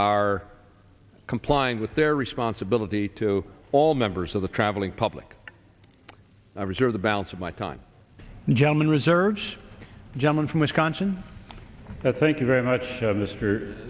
are complying with their responsibility to all members of the traveling public i reserve the balance of my time gentleman reserves gentleman from wisconsin that thank you very much